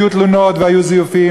והיו תלונות והיו זיופים,